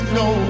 no